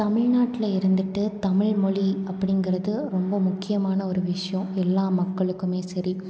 தமிழ்நாட்டில் இருந்துட்டு தமிழ்மொழி அப்படிங்கிறது ரொம்ப முக்கியமான ஒரு விஷ்யம் எல்லா மக்களுக்கும் சரி